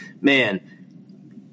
man